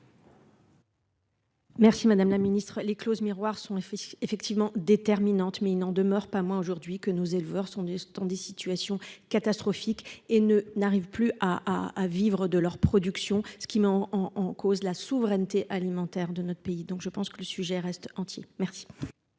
Merci, madame la Ministre, les clauses miroirs son effet effectivement déterminante. Mais il n'en demeure pas moins aujourd'hui que nous éleveurs sont dans des situations catastrophiques et ne, n'arrive plus à, à vivre de leur production ce qui met en en en cause la souveraineté alimentaire de notre pays. Donc je pense que le sujet reste entier. Merci.